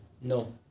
No